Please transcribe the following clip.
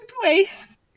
place